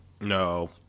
No